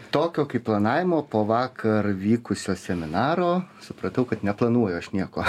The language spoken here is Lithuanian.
tokio planavimo po vakar vykusio seminaro supratau kad neplanuoju aš nieko